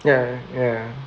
ya ya